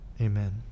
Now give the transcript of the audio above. Amen